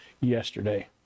yesterday